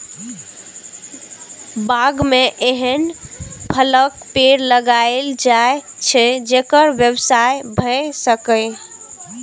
बाग मे एहन फलक पेड़ लगाएल जाए छै, जेकर व्यवसाय भए सकय